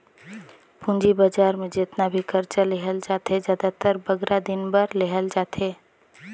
पूंजी बजार में जेतना भी करजा लेहल जाथे, जादातर बगरा दिन बर लेहल जाथे